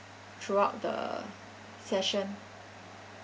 throughout the session